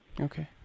Okay